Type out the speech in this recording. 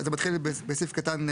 זה מתחיל בסעיף קטן (ה),